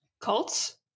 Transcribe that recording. cults